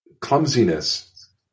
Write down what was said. clumsiness